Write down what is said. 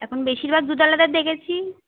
এখন বেশিরভাগ দুধওয়ালাদের দেখেছি